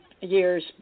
years